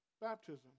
Baptism